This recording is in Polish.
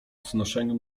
znoszeniu